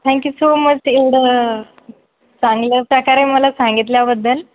thank you so much एवढं चांगल्या प्रकारे मला सांगितल्याबद्दल